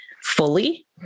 fully